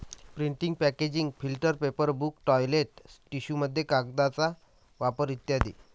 printing packaging filter paper book toilet टिश्यूमध्ये कागदाचा वापर इ